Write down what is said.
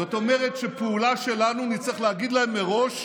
זאת אומרת שעל פעולה שלנו, נצטרך להגיד לה מראש.